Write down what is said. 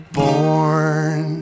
born